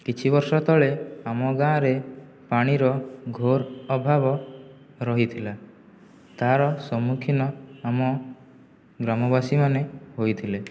କିଛି ବର୍ଷ ତଳେ ଆମ ଗାଁରେ ପାଣିର ଘୋର ଅଭାବ ରହିଥିଲା ତାର ସମ୍ମୁଖୀନ ଆମ ଗ୍ରାମବାସୀମାନେ ହୋଇଥିଲେ